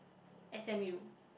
s_m_u